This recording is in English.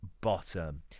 bottom